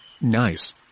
nice